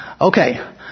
Okay